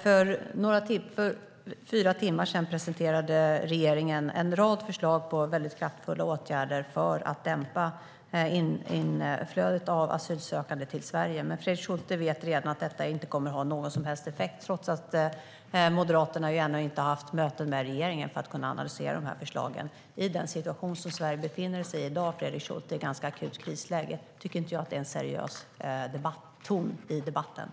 För fyra timmar sedan presenterade regeringen en rad förslag på väldigt kraftfulla åtgärder för att dämpa inflödet av asylsökande till Sverige. Men Fredrik Schulte vet redan att detta inte kommer att ha någon som helst effekt, trots att Moderaterna ännu inte haft möte med regeringen och inte kunnat analysera förslagen. I den situation som Sverige i dag befinner sig i, Fredrik Schulte, ett ganska akut krisläge, tycker jag inte att det är en seriös ton i debatten.